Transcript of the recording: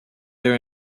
their